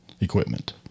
equipment